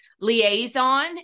liaison